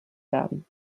werden